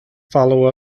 follow